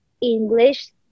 English